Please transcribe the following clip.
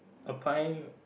a pie